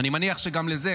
אני מניח שגם על זה,